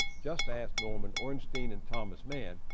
just ask norman ornstein and thomas mann,